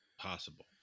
possible